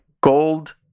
gold